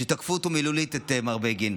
כשתקפו אותו מילולית, את מר בגין.